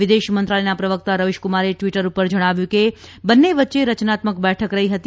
વિદેશમંત્રાલયના પ્રવક્તા રવિશકુમારે ટ્વીટર ઉપર જણાવ્યું કે બંન્ને વચ્ચે રચનાત્મક બેઠક રહી હતી